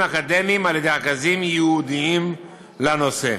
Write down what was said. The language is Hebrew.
אקדמיים על-ידי רכזים ייעודיים לנושא.